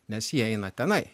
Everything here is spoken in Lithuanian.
nes jie eina tenai